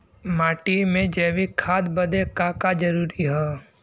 माटी में जैविक खाद बदे का का जरूरी ह?